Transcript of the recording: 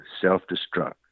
self-destruct